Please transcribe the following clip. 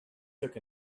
took